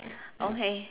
okay